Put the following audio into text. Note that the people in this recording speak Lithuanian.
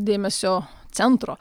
dėmesio centro